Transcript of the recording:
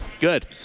Good